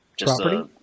Property